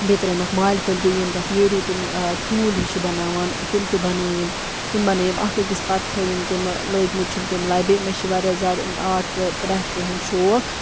بیٚیہِ ترٲیمَکھ مالہِ پھٔلۍ بیٚیہِ یِم تَتھ ییروٗ تِم ٹھوٗل ہی چھِ بناوان تِم تہِ بنٲیِم تِم بنٲیِم اَکھ أکِس پَتہٕ تھٲیِم تِمہٕ لٲگۍمٕتۍ چھِم تِم لَبہِ مےٚ چھِ واریاہ زیادٕ أمۍ آرٹ تہٕ کرٛیفٹ ہُنٛد شوق